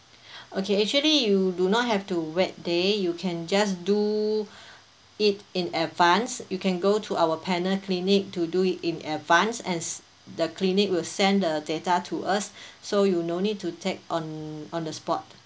okay actually you do not have to wait there you can just do it in advance you can go to our panel clinic to do it in advance as the clinic will send the data to us so you no need to take on on the spot